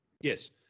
Yes